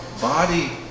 body